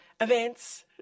events